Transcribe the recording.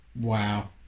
wow